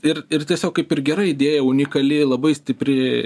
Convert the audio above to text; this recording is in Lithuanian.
ir ir tiesiog kaip ir gera idėja unikali labai stipri